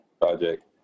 project